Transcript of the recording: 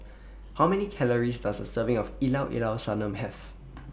How Many Calories Does A Serving of Llao Llao Sanum Have